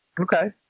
Okay